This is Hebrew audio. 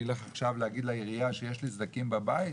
אני אלך עכשיו להגיד לעירייה שיש לי סדקים בבית,